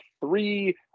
three